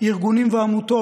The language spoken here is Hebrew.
ארגונים ועמותות,